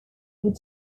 would